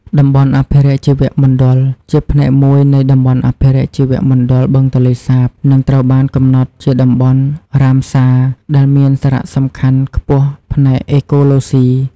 តំបន់អភិរក្សជីវមណ្ឌល ជាផ្នែកមួយនៃតំបន់អភិរក្សជីវមណ្ឌលបឹងទន្លេសាប និងត្រូវបានកំណត់ជាតំបន់ រ៉ាមសា ដែលមានសារៈសំខាន់ខ្ពស់ផ្នែកអេកូឡូស៊ី។